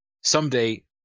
Someday